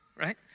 right